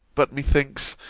but, methinks,